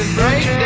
break